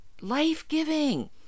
life-giving